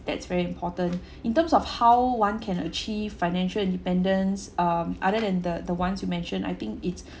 that's very important in terms of how one can achieve financial independence um other than the ones you mentioned I think it's